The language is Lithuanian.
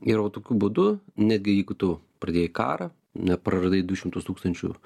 ir tokiu būdu netgi jeigu tu pradėjai karą na praradai du šimtus tūkstančių